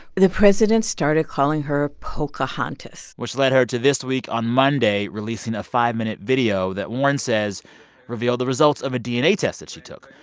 the president started calling her pocahontas which led her to this week on monday releasing a five-minute video that warren says revealed the results of a dna test that she took,